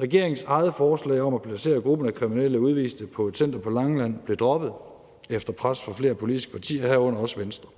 Regeringens eget forslag om at placere gruppen af kriminelle udviste på et center på Langeland blev droppet efter pres fra flere politiske partier, herunder også Venstre,